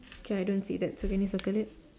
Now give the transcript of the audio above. K so I don't see that so can you circle it